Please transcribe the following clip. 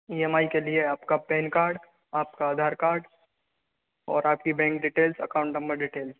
E M I के लिए आपका पेन कार्ड आपका आधार कार्ड और आपकी bank details account number details